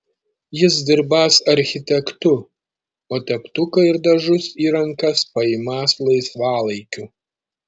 jis dirbąs architektu o teptuką ir dažus į rankas paimąs laisvalaikiu